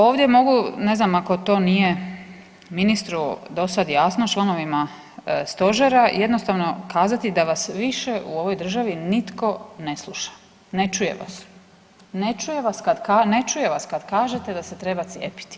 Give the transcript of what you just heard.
Ovdje mogu, ne znam ako to nije ministru dosad jasno i članovima stožera jednostavno kazati da vas više u ovoj državi nitko ne sluša, ne čuje vas, ne čuje vas kad kažete da se treba cijepiti.